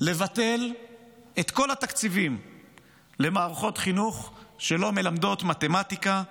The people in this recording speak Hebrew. לבטל את כל התקציבים למערכות חינוך שלא מלמדות מתמטיקה,